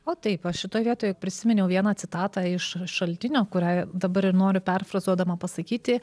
o taip aš šitoj vietoje prisiminiau vieną citatą iš šaltinio kurią dabar ir noriu perfrazuodama pasakyti